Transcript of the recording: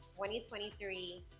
2023